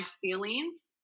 feelings